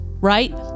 right